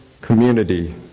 community